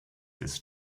ist